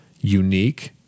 unique